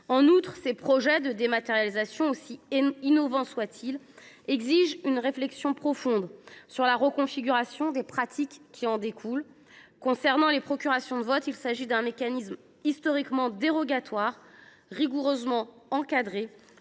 En outre, ces projets de dématérialisation, aussi innovants soient ils, exigent une réflexion profonde sur la reconfiguration des pratiques qui en découlent. Par exemple, la procuration de vote est un mécanisme historiquement dérogatoire et rigoureusement encadré.